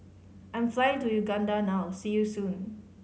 I am flying to Uganda now see you soon